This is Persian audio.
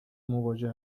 مواجه